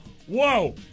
Whoa